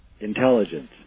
intelligence